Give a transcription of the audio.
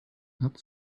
hat